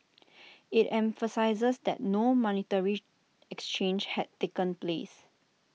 IT emphasised that no monetary exchange had taken place